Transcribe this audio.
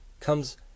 comes